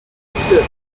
beschriftet